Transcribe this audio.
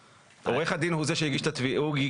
עורך הדין הוא זה שהגיש תביעה?